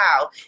wow